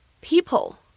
people